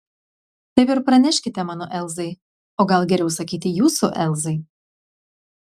taip ir praneškite mano elzai o gal geriau sakyti jūsų elzai